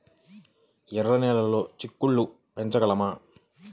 ఎర్ర నెలలో చిక్కుళ్ళు పెంచగలమా?